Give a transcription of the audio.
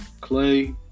Clay